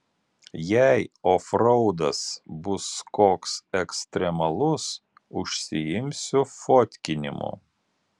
jei ofraudas bus koks ekstremalus užsiimsiu fotkinimu